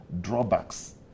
drawbacks